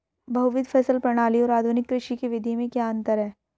बहुविध फसल प्रणाली और आधुनिक कृषि की विधि में क्या अंतर है?